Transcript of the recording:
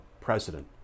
president